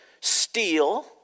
steal